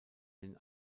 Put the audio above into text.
den